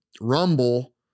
Rumble